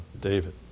David